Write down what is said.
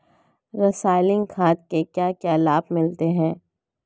रसायनिक खाद के क्या क्या लाभ मिलते हैं?